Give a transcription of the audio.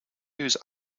use